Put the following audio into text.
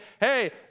hey